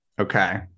Okay